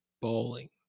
bowling